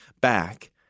back